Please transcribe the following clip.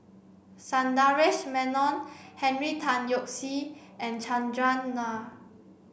Sundaresh Menon Henry Tan Yoke See and Chandran Nair